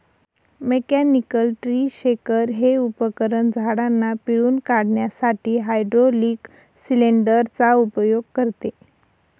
mechanical tree shaker हे उपकरण झाडांना पिळून काढण्यासाठी हायड्रोलिक सिलेंडर चा उपयोग करते